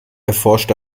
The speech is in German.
erforscht